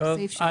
כשנגיע